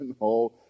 No